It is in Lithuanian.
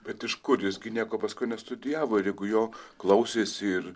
bet iš kur jis gi nieko paskui nestudijavo ir jeigu jo klausėsi ir